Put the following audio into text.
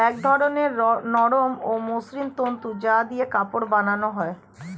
এক ধরনের নরম ও মসৃণ তন্তু যা দিয়ে কাপড় বানানো হয়